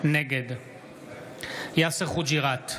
נגד יאסר חוג'יראת,